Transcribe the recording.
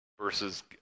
versus